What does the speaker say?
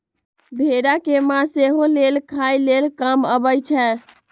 भेड़ा के मास सेहो लेल खाय लेल काम अबइ छै